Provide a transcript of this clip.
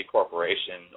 Corporation